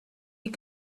had